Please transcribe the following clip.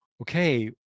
okay